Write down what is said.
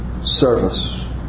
service